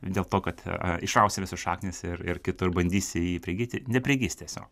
dėl to kad a išrausi visas šaknis ir ir kitur bandysi jį prigyti neprigis tiesiog